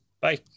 Bye